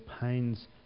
pains